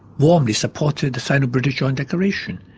warmly supported the sino-british joint declaration,